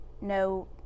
no